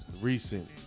Recent